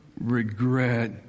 regret